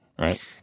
right